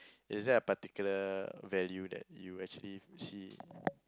is there a particular value that you actually see